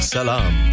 Salam